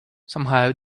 somehow